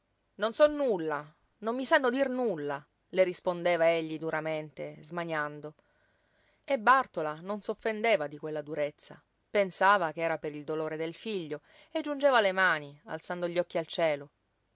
non so nulla non mi sanno dir nulla le rispondeva egli duramente smaniando e bàrtola non s'offendeva di quella durezza pensava che era per il dolore del figlio e giungeva le mani alzando gli occhi al cielo